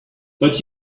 but